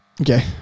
Okay